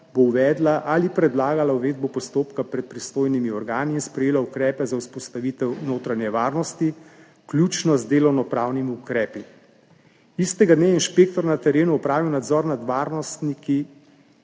bo uvedla ali predlagala uvedbo postopka pred pristojnimi organi in sprejela ukrepe za vzpostavitev notranje varnosti, vključno z delovnopravnimi ukrepi. Istega dne je inšpektor na terenu opravil nadzor nad varnostniki